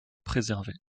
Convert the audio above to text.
préservés